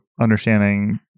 understanding